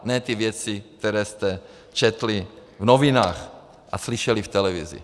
Ne ty věci, které jste četli v novinách a slyšeli v televizi.